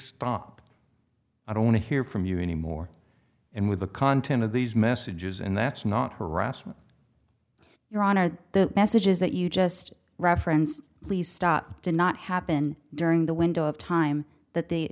stop i don't want to hear from you anymore and with the content of these messages and that's not harassment your honor the messages that you just referenced please stop did not happen during the window of time that the